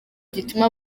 gituma